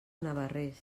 navarrés